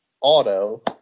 Auto